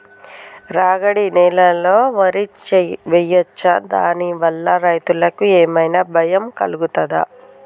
రాగడి నేలలో వరి వేయచ్చా దాని వల్ల రైతులకు ఏమన్నా భయం కలుగుతదా?